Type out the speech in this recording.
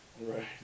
Right